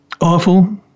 awful